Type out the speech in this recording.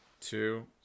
two